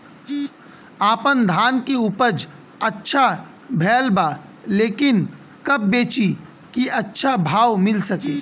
आपनधान के उपज अच्छा भेल बा लेकिन कब बेची कि अच्छा भाव मिल सके?